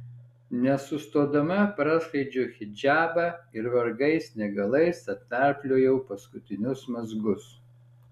nesustodama praskleidžiau hidžabą ir vargais negalais atnarpliojau paskutinius mazgus